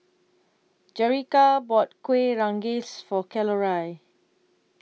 Jerrica bought Kueh Rengas For Coralie